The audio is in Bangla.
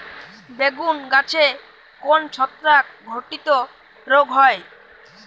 বেগুন গাছে কোন ছত্রাক ঘটিত রোগ হয়?